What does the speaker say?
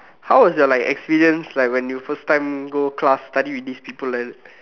how was your like experience like when you first time go class study with these people like that